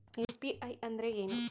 UPI ಅಂದ್ರೆ ಏನು?